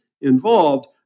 involved